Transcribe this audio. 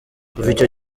icyo